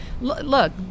look